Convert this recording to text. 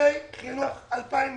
תקציבי חינוך 2020